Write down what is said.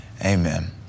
Amen